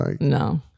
No